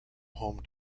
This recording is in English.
home